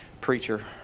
preacher